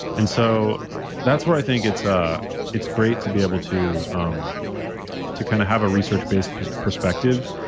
and so that's where i think it's ah it's great to be able to um to kind of have a research-based perspective.